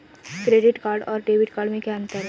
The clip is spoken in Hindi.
क्रेडिट कार्ड और डेबिट कार्ड में क्या अंतर है?